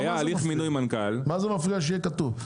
מה מפריע שיהיה כתוב?